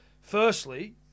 firstly